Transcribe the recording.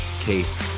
case